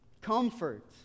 comfort